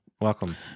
Welcome